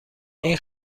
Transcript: این